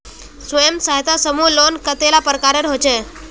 स्वयं सहायता समूह लोन कतेला प्रकारेर होचे?